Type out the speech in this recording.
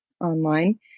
online